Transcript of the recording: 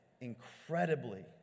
incredibly